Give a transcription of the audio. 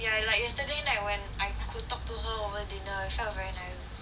ya like yesterday night when I could talk to her over dinner actually was very nice